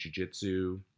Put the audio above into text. jujitsu